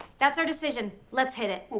that's our decision. let's hit it.